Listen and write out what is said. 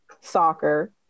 soccer